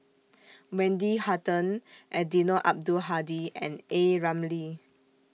Wendy Hutton Eddino Abdul Hadi and A Ramli